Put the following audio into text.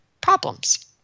problems